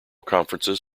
conferences